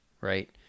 Right